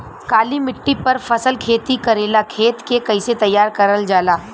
काली मिट्टी पर फसल खेती करेला खेत के कइसे तैयार करल जाला?